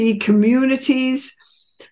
communities